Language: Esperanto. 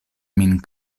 min